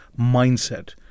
mindset